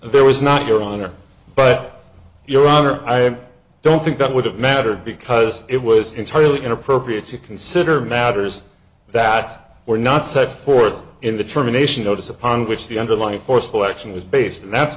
there was not your honor but your honor i don't think that would have mattered because it was entirely inappropriate to consider matters that were not set forth in the terminations notice upon which the underlying forceful action was based and that's